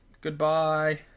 Goodbye